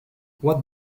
what